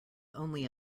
only